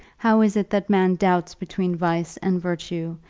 how is it that man doubts between vice and virtue,